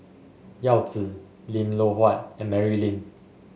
Yao Zi Lim Loh Huat and Mary Lim